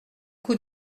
coup